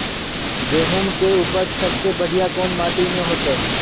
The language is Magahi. गेहूम के उपज सबसे बढ़िया कौन माटी में होते?